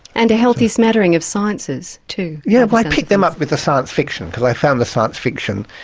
and a healthy smattering of sciences too. yeah, well i picked them up with the science fiction because i found the science fiction,